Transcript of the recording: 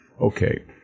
Okay